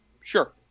Sure